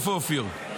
איפה אופיר?